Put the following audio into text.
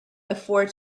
afford